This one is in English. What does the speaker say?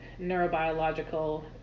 neurobiological